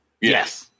Yes